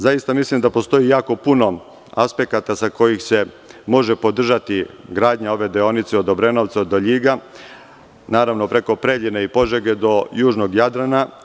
Zaista mislim da postoji jako puno aspekta sa kojih se može podržati gradnja ove deonice od Obrenovca do Ljiga, preko Preljine i Požege do južnog Jadrana.